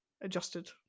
adjusted